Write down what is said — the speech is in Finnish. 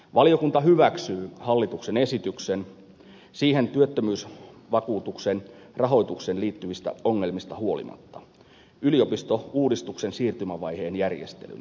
valiokunta hyväksyy hallituksen esityksen siihen työttömyysvakuutuksen rahoitukseen liittyvistä ongelmista huolimatta yliopistouudistuksen siirtymävaiheen järjestelynä